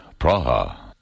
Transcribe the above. Praha